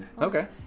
Okay